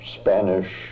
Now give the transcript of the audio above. Spanish